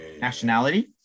nationality